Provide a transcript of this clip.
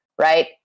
Right